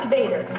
Vader